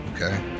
Okay